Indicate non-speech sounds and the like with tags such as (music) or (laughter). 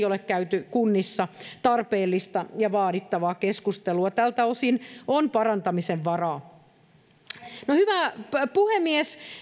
(unintelligible) ole käyty kunnissa tarpeellista ja vaadittavaa keskustelua tältä osin on parantamisen varaa hyvä puhemies